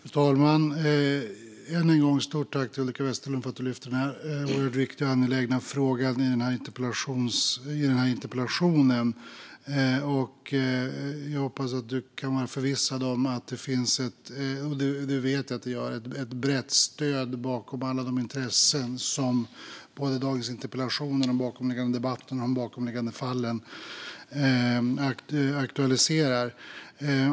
Fru talman! Än en gång stort tack till Ulrika Westerlund för att hon lyfter den här oerhört viktiga och angelägna frågan i sin interpellation! Jag vet, och hon kan vara förvissad om, att det finns ett brett stöd bakom alla de intressen som både dagens interpellationer och debatten om de bakomliggande fallen aktualiserar.